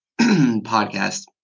podcast